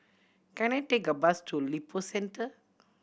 can I take a bus to Lippo Centre